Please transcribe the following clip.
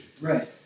Right